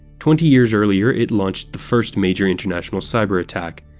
twenty years earlier, it launched the first major international cyber attack.